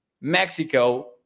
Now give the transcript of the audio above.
Mexico